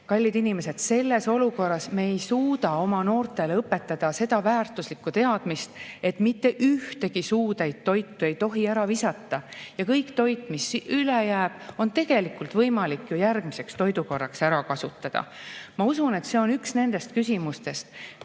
Kallid inimesed! Selles olukorras me ei suuda oma noortele õpetada seda väärtuslikku teadmist, et mitte ühtegi suutäit toitu ei tohi ära visata, ja toit, mis üle jääb, on tegelikult võimalik järgmiseks toidukorraks ära kasutada. Ma usun, et see on üks küsimustest,